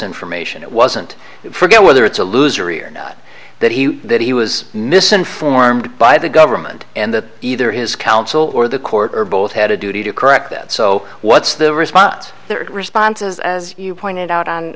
information it wasn't forget whether it's a loser e or not that he that he was misinformed by the government and that either his counsel or the court or both had a duty to correct that so what's the response there responses as you pointed out on